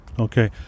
Okay